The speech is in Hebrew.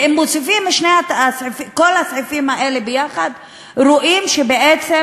ואם מוסיפים את כל הסעיפים האלה יחד רואים שבעצם